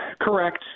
Correct